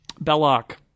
Belloc